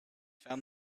found